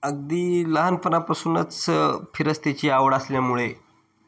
अगदी लहानपणापासूनच फिरस्तीची आवड असल्यामुळे